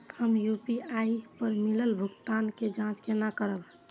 हम यू.पी.आई पर मिलल भुगतान के जाँच केना करब?